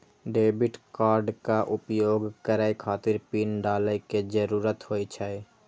debit कार्डक उपयोग करै खातिर पिन डालै के जरूरत होइ छै